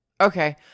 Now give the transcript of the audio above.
Okay